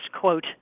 quote